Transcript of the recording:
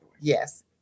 yes